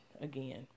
again